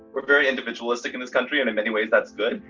we're very individualistic in this country and in many ways that's good.